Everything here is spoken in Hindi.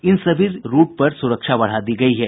इन सभी रूट पर सुरक्षा बढ़ा दी गयी है